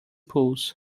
pools